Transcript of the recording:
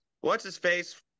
What's-his-face